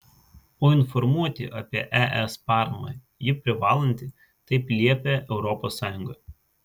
o informuoti apie es paramą ji privalanti taip liepia europos sąjunga